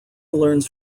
learns